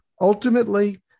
Ultimately